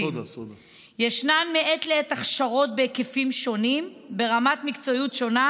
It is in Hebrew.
יש מעת לעת הכשרות בהיקפים שונים ברמת מקצועיות שונה,